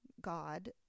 god